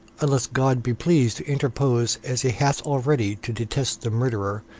unless god be pleased to interpose as he hath already to detest the murderer,